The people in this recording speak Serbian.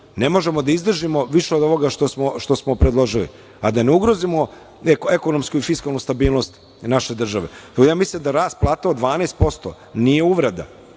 Ne možemo da izdržimo više ovo što smo predložili, a da ne ugrozimo ekonomsku fiskalnu stabilnost naše države. Mislim da rast plata od 12% nije uvreda,